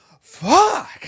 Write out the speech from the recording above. fuck